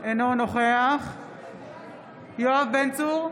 אינו נוכח יואב בן צור,